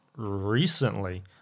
recently